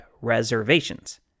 reservations